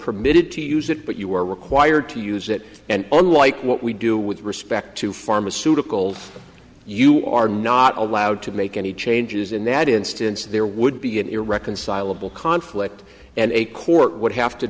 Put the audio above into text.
permitted to use it but you were required to use it and unlike what we do with respect to pharmaceuticals you are not allowed to make any changes in that instance there would be an irreconcilable conflict and a court would have to